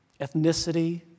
ethnicity